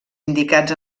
indicats